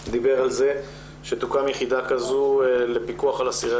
ארדן דיבר על כך שתוקם יחידה כזו לפיקוח על אסירי